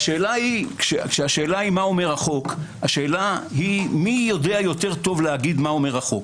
ואז השאלה היא מי יודע טוב יותר לומר מה אומר החוק